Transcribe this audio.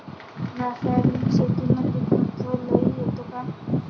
रासायनिक शेतीमंदी खर्च लई येतो का?